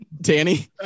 Danny